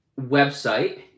website